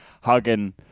hugging